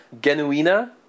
Genuina